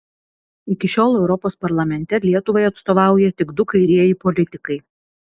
iki šiol europos parlamente lietuvai atstovauja tik du kairieji politikai